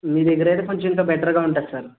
మీ దగ్గరైతే కొంచెం ఇంకా బెటర్గా ఉంటుంది సార్